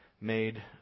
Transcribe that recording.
made